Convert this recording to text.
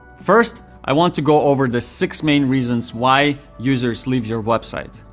first, i want to go over the six main reasons why users leave your website.